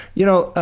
y'know,